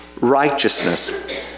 Righteousness